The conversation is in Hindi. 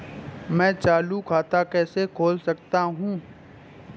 मैं चालू खाता कैसे खोल सकता हूँ?